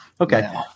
okay